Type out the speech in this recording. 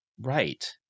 right